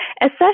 Assess